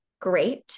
great